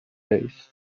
days